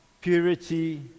Purity